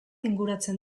inguratzen